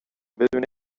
بدون